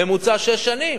ממוצע שש שנים.